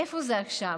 איפה זה עכשיו?